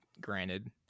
granted